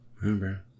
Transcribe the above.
remember